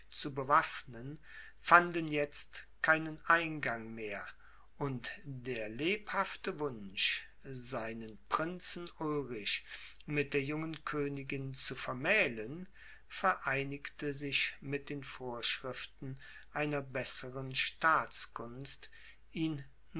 zu bewaffnen fanden jetzt keinen eingang mehr und der lebhafte wunsch seinen prinzen ulrich mit der jungen königin zu vermählen vereinigte sich mit den vorschriften einer besseren staatskunst ihn